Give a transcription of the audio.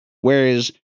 Whereas